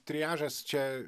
triažas čia